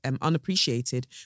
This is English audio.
unappreciated